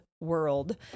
world